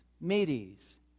Medes